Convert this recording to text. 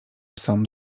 psom